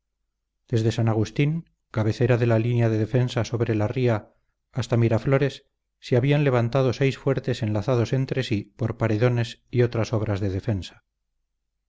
desde san agustín cabecera de la línea de defensa sobre la ría hasta miraflores se habían levantando seis fuertes enlazados entre sí por paredones y otras obras de defensa